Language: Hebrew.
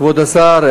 כבוד השר,